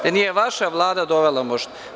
Da nije vaša Vlada dovela možda?